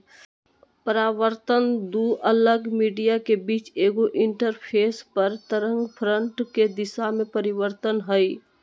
परावर्तन दू अलग मीडिया के बीच एगो इंटरफेस पर तरंगफ्रंट के दिशा में परिवर्तन हइ